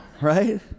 right